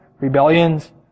Rebellions